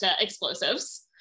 explosives